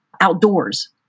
outdoors